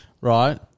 right